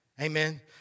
Amen